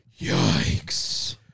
Yikes